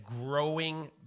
growing